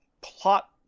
plot